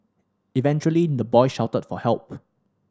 eventually the boy shouted for help